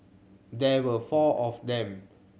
there were four of them